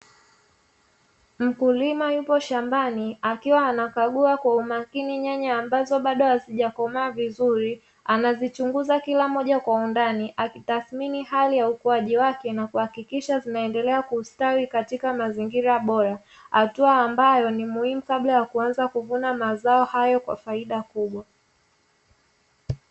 Mkulima yupo shambani, akiwa anakagua kwa umakini nyanya ambazo bado azijakomaa vizuri. Anazichunguza kila moja kwa undani akitathmini hali ya ukuaji wake na kuakikisha zinaendelea kustawi katika mazingira bora; hatua ambayo ni muhimu kabla ya kuanza kuvuna mazao hayo kwa faida kubwa.